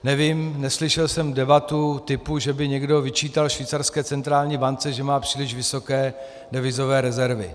Nevím, neslyšel jsem debatu typu, že by někdo vyčítal švýcarské centrální bance, že má příliš vysoké devizové rezervy.